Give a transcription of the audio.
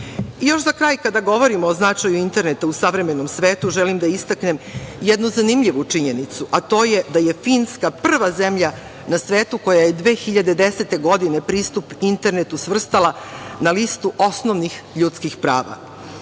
za kraj, kada govorimo o značaju interneta u savremenom svetu, želim da istaknem jednu zanimljivu činjenicu, a to je da je Finska prva zemlja na svetu koja je 2010. godine pristup internetu svrstala na listu osnovnih ljudskih prava.